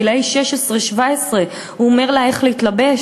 גילאי 16 17. הוא אומר לה איך להתלבש,